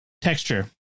texture